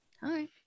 Hi